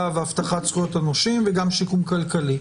והבטחת זכויות הנושים וגם שיקום כלכלי.